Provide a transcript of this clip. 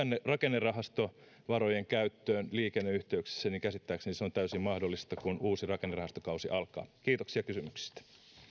rakennerahastovarojen käyttöön liikenneyhteyksissä käsittääkseni se on täysin mahdollista kun uusi rakennerahastokausi alkaa kiitoksia kysymyksistä